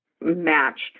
match